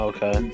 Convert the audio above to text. Okay